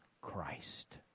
Christ